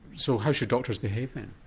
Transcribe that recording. so how should doctors behave then?